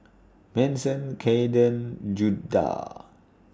Manson Cayden Judah